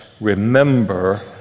remember